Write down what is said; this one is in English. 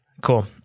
Cool